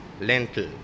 lentil